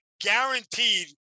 guaranteed